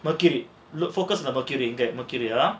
mercury look focused mercury get mercury ah